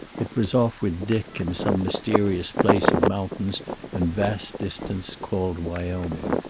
it was off with dick in some mysterious place of mountains and vast distance called wyoming.